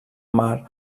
mar